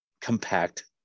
compact